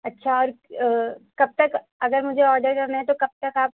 اچھا کب تک اگر مجھے آرڈر کرنا ہے تو کب تک آپ